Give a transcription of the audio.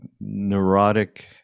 neurotic